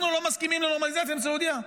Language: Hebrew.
אנחנו לא מסכימים לנורמליזציה עם סעודיה?